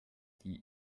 die